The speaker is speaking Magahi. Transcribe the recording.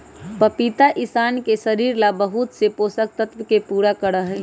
पपीता इंशान के शरीर ला बहुत से पोषक तत्व के पूरा करा हई